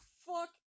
Fuck